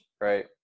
right